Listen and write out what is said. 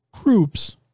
groups